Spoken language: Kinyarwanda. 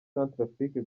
centrafrique